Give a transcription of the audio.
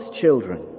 children